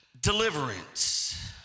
deliverance